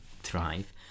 thrive